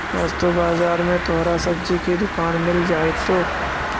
वस्तु बाजार में तोहरा सब्जी की दुकान मिल जाएतो